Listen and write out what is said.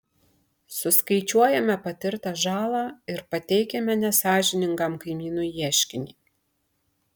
suskaičiuojame patirtą žalą ir pateikiame nesąžiningam kaimynui ieškinį